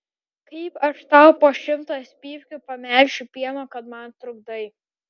kaip aš tau po šimtas pypkių pamelšiu pieno kad man trukdai